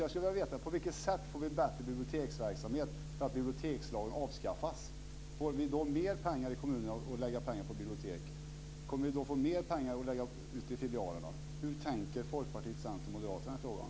Jag skulle vilja veta på vilket sätt vi får bättre biblioteksverksamhet om bibliotekslagen avskaffas. Får vi då mer pengar i kommunerna att lägga på bibliotek? Kommer vi att få mer pengar att lägga ute i filialerna? Hur tänker Folkpartiet, Centern och Moderaterna i den frågan?